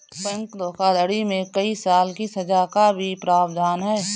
bank धोखाधड़ी में कई साल की सज़ा का भी प्रावधान है